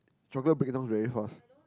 chocolate break down very fast